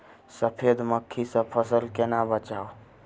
सफेद मक्खी सँ फसल केना बचाऊ?